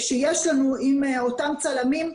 שיש לנו עם אותם צלמים,